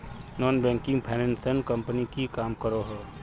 Non banking finance company की काम करोहो?